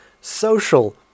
social